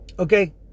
Okay